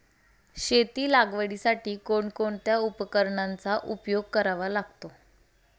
शेती लागवडीसाठी कोणकोणत्या उपकरणांचा उपयोग करावा लागतो?